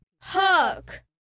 hook